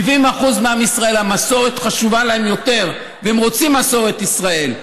ל-70% מעם ישראל המסורת חשובה יותר והם רוצים מסורת ישראל.